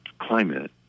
climate